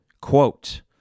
Quote